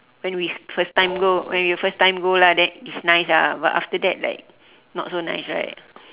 when we when we first time go when we first time go lah then it's nice ah but after that like not so nice right